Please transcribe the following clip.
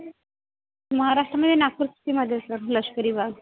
महाराष्ट्रामध्ये नागपूर लष्करी भाग